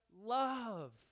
love